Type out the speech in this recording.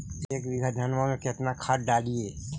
एक बीघा धन्मा में केतना खाद डालिए?